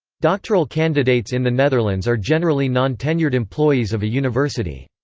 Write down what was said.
doctoral candidates in the netherlands are generally non-tenured employees of a university.